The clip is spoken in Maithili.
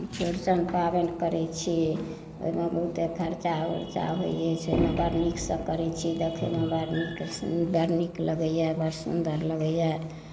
चौरचनि पाबनि करै छी ओहिमे बहुते खर्चा वर्चा भऽ जाइ छै बड्ड नीकसँ करै छी देखैमे बड्ड नीक लगैया बड्ड सुन्दर लगैया